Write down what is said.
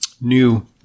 new